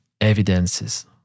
evidences